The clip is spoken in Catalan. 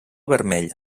vermell